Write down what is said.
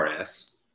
RS